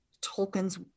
Tolkien's